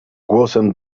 głosem